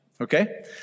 Okay